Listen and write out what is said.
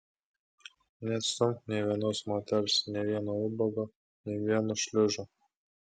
neatstumk nė vienos moters nė vieno ubago nė vieno šliužo